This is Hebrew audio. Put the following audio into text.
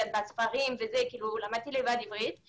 למדתי עברית לבד,